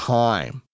time